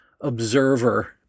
observer